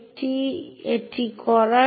user identifier বা UID দেখবেন